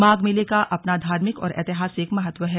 माघ मेले का अपना धार्मिक और ऐतिहासिक महत्व है